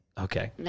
Okay